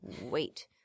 wait